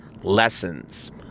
lessons